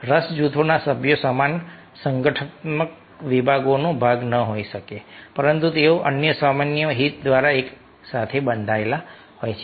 રસ જૂથોના સભ્યો સમાન સંગઠનાત્મક વિભાગનો ભાગ ન હોઈ શકે પરંતુ તેઓ અન્ય સામાન્ય હિત દ્વારા એકસાથે બંધાયેલા છે